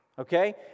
Okay